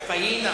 בתמיכת הממשלה,